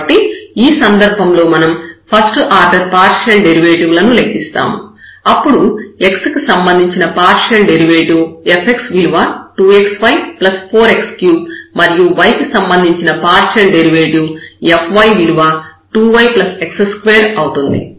కాబట్టి ఈ సందర్భంలో మనం ఫస్ట్ ఆర్డర్ పార్షియల్ డెరివేటివ్ లను లెక్కిస్తాము అప్పుడు x కి సంబంధించిన పార్షియల్ డెరివేటివ్ fx విలువ 2xy 4 x3 మరియు y కి సంబంధించిన పార్షియల్ డెరివేటివ్ fy విలువ 2y x2 అవుతుంది